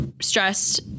stressed